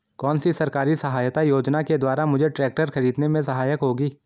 कौनसी सरकारी सहायता योजना के द्वारा मुझे ट्रैक्टर खरीदने में सहायक होगी?